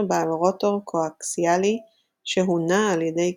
בעל רוטור קואקסיאלי שהונע על ידי קפיץ.